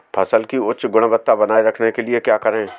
फसल की उच्च गुणवत्ता बनाए रखने के लिए क्या करें?